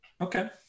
Okay